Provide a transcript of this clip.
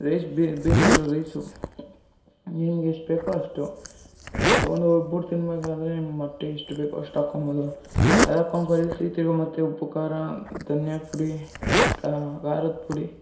rice ಬೇಯ್ಸಿರೋ rice ನಿಮ್ಗೆ ಎಷ್ಟು ಬೇಕೋ ಅಷ್ಟು ಒಂದು ಒಬ್ಬರು ತಿನ್ನಬೇಕಾದ್ರೆ ನಿಮ್ಮ ಮೊಟ್ಟೆ ಎಷ್ಟು ಬೇಕು ಅಷ್ಟು ಹಾಕೊಂಬೋದು ಅದು ಹಾಕೊಂಡ್ ಕಲಿಸಿ ತಿರ್ಗಿ ಮತ್ತೆ ಉಪ್ಪು ಖಾರ ಧನಿಯ ಪುಡಿ ಖಾರದ ಪುಡಿ